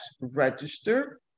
register